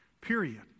period